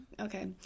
Okay